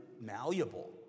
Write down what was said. malleable